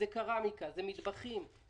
קרמיקה ומטבחים.